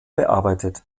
bearbeitet